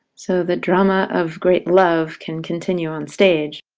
so the drama of great love can continue on stage.